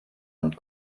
und